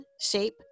Shape